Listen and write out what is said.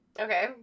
Okay